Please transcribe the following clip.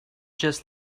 just